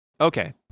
Okay